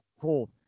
Cool